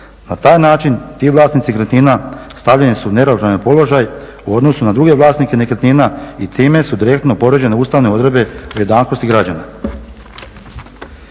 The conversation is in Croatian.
Na taj način ti vlasnici nekretnina stavljeni su u neravnopravan položaj u odnosu na druge vlasnike nekretnina i time su direktno povrijeđene ustavne odredbe o jednakosti građana.